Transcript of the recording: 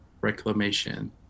reclamation